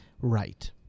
right